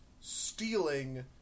stealing